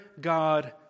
God